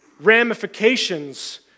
ramifications